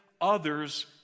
others